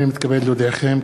הנני מתכבד להודיעכם,